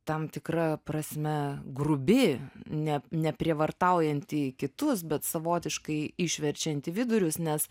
tam tikra prasme grubi ne neprievartaujanti kitus bet savotiškai išverčianti vidurius nes